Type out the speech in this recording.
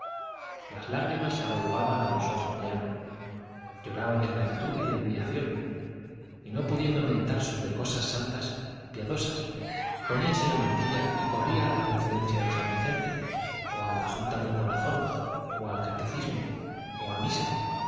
las lágrimas se agolpaban a los ojos de ana lloraba de gratitud y de admiración y no pudiendo meditar sobre cosas santas piadosas poníase la mantilla y corría a la conferencia de san vicente o a la junta del corazón o al catecismo o a misa